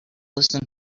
listen